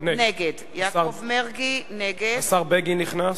נגד השר בגין נכנס.